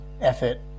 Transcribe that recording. effort